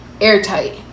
airtight